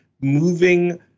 moving